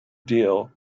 deal